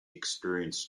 experienced